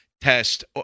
test